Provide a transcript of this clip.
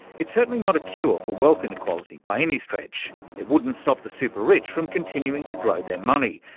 it's certainly not a cure for wealth inequality by any stretch, it wouldn't stop the super-rich from continuing to growth their money,